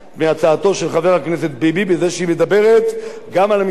בזה שהיא מדברת גם על המסתננים שכבר נמצאים פה,